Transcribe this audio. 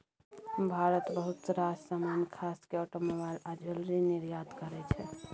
भारत बहुत रास समान खास केँ आटोमोबाइल आ ज्वैलरी निर्यात करय छै